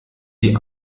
die